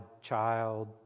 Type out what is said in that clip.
child